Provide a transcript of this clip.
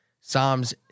Psalms